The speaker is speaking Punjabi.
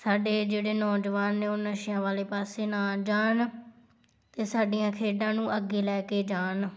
ਸਾਡੇ ਜਿਹੜੇ ਨੌਜਵਾਨ ਨੇ ਉਹ ਨਸ਼ਿਆਂ ਵਾਲੇ ਪਾਸੇ ਨਾ ਜਾਣ ਅਤੇ ਸਾਡੀਆਂ ਖੇਡਾਂ ਨੂੰ ਅੱਗੇ ਲੈ ਕੇ ਜਾਣ